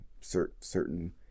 certain